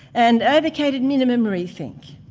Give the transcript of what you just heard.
and advocating minimum re-think,